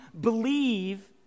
believe